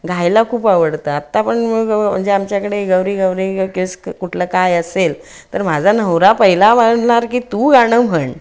गायला खूप आवडतं आत्ता पण मग म्हणजे आमच्याकडे गौरी गौरी केस कुठलं काय असेल तर माझा नवरा पहिला म्हणणार की तू गाणं म्हण